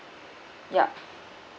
yup